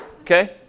Okay